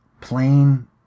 plain